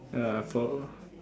ya four